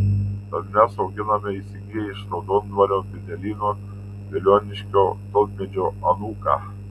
tad mes auginame įsigiję iš raudondvario medelyno veliuoniškio tulpmedžio anūką